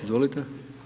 Izvolite.